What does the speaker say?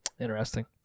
Interesting